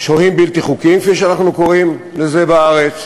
שוהים בלתי-חוקיים, כפי שאנחנו קוראים לזה בארץ,